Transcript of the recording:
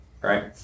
Right